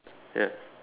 ya